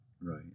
right